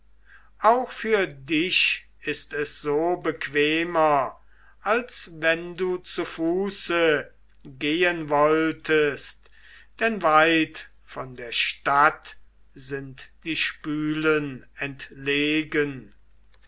auch für dich ist es so bequemer als wenn du zu fuße gehen wolltest denn weit von der stadt sind die spülen entlegen